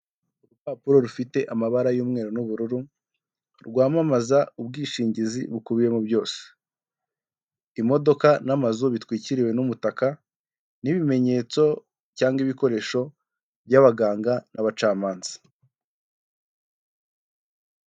Inzu ifite amabara y'ubururu y'amatafari ahiye asi ikigina ndetse n'umweru afitebona amagambo yandikijwe mu ibara ry'umweru avuga ngo Nyarugenge Disitirigite hosipito akikijwe n'utubabi duke tw'icyatsi.